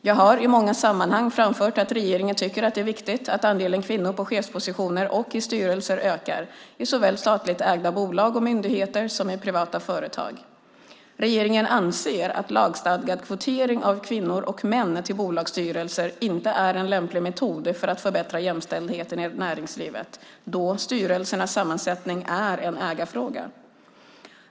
Jag har i många sammanhang framfört att regeringen tycker att det är viktigt att andelen kvinnor på chefspositioner och i styrelser ökar, såväl i statligt ägda bolag och myndigheter som i privata företag. Regeringen anser att lagstadgad kvotering av kvinnor och män till bolagsstyrelser inte är en lämplig metod för att förbättra jämställdheten i näringslivet, då styrelsernas sammansättning är en ägarfråga.